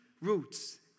roots